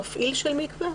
"מפעיל של מקווה"?